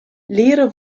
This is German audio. leere